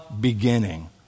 beginning